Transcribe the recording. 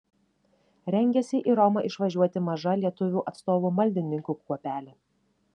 rengiasi į romą išvažiuoti maža lietuvių atstovų maldininkų kuopelė